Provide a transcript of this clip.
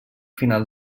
final